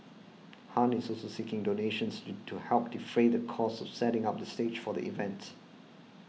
Han is also seeking donations to help defray the cost of setting up the stage for the event